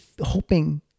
hoping